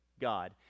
God